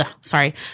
sorry